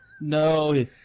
No